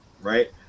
Right